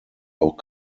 auch